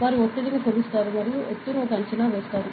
వారు ఒత్తిడిని కొలుస్తారు మరియు ఎత్తును అంచనా వేస్తారు